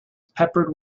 peppered